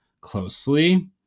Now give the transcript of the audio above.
closely